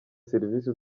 serivisi